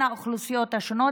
בין האוכלוסיות השונות.